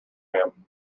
him